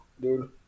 dude